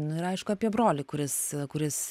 nu ir aišku apie brolį kuris kuris